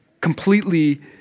completely